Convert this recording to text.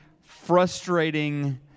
frustrating